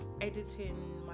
editing